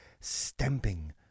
stamping